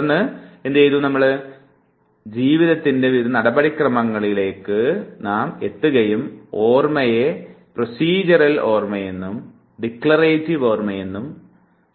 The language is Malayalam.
തുടർന്ന് എന്നിട്ട് ജീവിതത്തിൻറെ നടപടിക്രമ വശങ്ങളിലേക്ക് നാം എത്തുകയും ഓർമ്മയെ പ്രസീജറൽ ഓർമ്മയെന്നും ഡിക്ലറേറ്റീവ് ഓർമ്മയെന്നും